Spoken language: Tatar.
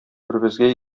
беребезгә